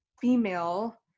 female